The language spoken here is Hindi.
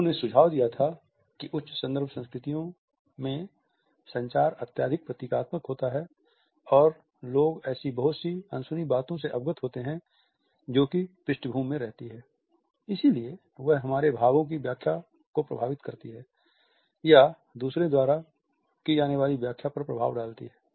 उन्होंने सुझाव दिया था कि उच्च संदर्भ संस्कृतियों में संचार अत्यधिक प्रतीकात्मक होता है और लोग ऐसी बहुत सी अनसुनी बातों से अवगत होते हैं जो कि पृष्ठभूमि में रहती हैं लेकिन वह हमारे भावों की व्याख्या को प्रभावित करती हैं या दूसरों द्वारा की जाने वाली व्याख्या पर प्रभाव डालती हैं